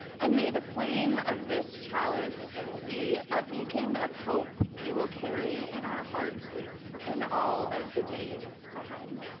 and may the flame of this chalice be a beacon of hope we will carry in our hearts in all of the days ahead.